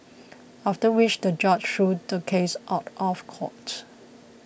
after which the judge threw the case out of court